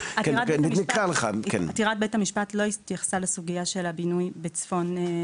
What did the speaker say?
עתירת בית המשפט לא התייחסה לסוגיה של הבינוי בצפון בנימינה.